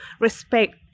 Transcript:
respect